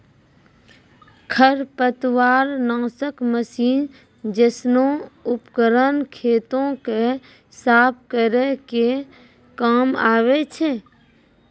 खरपतवार नासक मसीन जैसनो उपकरन खेतो क साफ करै के काम आवै छै